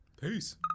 Peace